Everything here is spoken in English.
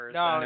no